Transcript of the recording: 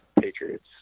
Patriots